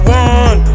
one